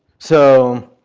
so,